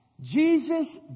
Jesus